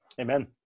amen